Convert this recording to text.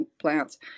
plants